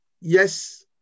yes